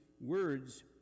words